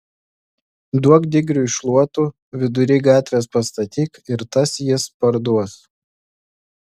duok digriui šluotų vidury gatvės pastatyk ir tas jis parduos